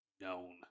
known